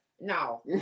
No